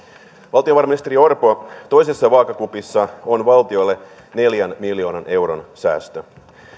valtiovarainministeri orpo toisessa vaakakupissa on valtiolle neljän miljoonan euron säästö